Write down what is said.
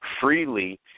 freely